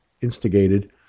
instigated